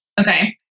Okay